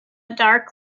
dark